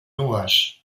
nues